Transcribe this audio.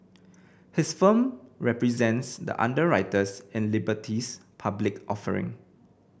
his firm represents the underwriters in Liberty's public offering